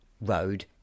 road